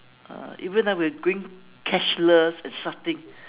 uh even now we are going cashless and such thing